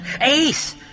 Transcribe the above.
Ace